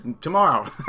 tomorrow